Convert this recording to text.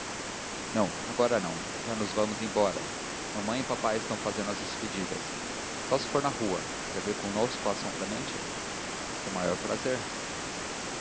não agora não já nos vamos embora mamãe e papai estão fazendo as despedidas só se for na rua quer vir conosco a são clemente com o maior prazer